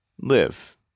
live